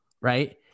right